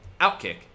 Outkick